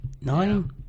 nine